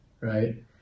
right